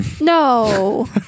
No